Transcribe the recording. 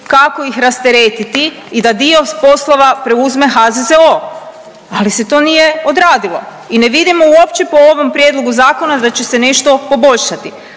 kako ih rasteretiti i da dio poslova preuze HZZO, ali se to nije odradilo i ne vidimo uopće po ovom prijedlogu zakona da će se nešto poboljšati.